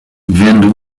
vendo